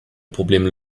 probleme